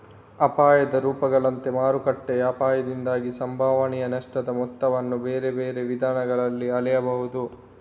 ಅಪಾಯದ ರೂಪಗಳಂತೆ ಮಾರುಕಟ್ಟೆಯ ಅಪಾಯದಿಂದಾಗಿ ಸಂಭವನೀಯ ನಷ್ಟದ ಮೊತ್ತವನ್ನು ಬೇರೆ ಬೇರೆ ವಿಧಾನಗಳಲ್ಲಿ ಅಳೆಯಬಹುದು